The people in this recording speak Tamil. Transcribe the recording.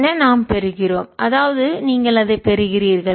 எனவே நாம் பெறுகிறோம் அதாவது நீங்கள் அதைப் பெறுகிறீர்கள்